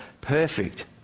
perfect